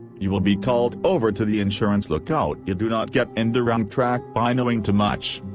you will be cald over to the insurance look out you do not get in the roung track by knoing to much.